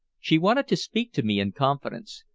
she wanted to speak to me in confidence,